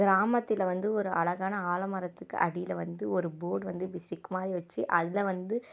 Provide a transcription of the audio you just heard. கிராமத்தில் வந்து ஒரு அழகான ஆலமரத்துக்கு அடியில் வந்து ஒரு போர்ட் வந்து இப்படி ஸ்டிக் மாதிரி வச்சு அதில் வந்து